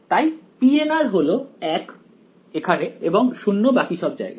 তাই pn হল 1 এখানে এবং 0 বাকি সব জায়গায়